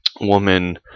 Woman